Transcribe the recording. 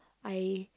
I